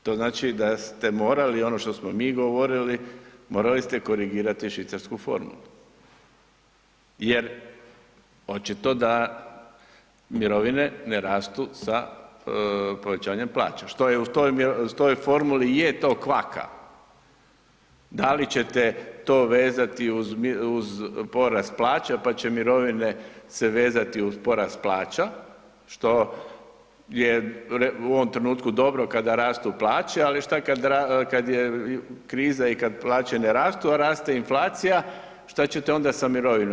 E, to znači da ste morali ono što smo mi govorili, morali ste korigirati švicarsku formulu jer očito da mirovine ne rastu sa povećanjem plaća što i je u toj formuli kvaka, da li ćete to vezati uz porast plaća pa će mirovine se vezati uz porast plaća što je u ovom trenutku dobro kada rastu plaće, ali šta kada je kriza i plaće ne rastu, a raste inflacija, šta ćete onda sa mirovinama.